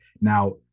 Now